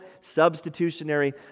substitutionary